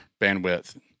bandwidth